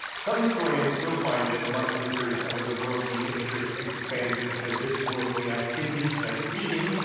some historians still find that martin luther's other worldly interests expanded to this-worldly activities, like reading,